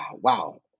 wow